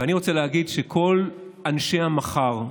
ואני רוצה להגיד שכל אנשי המחר,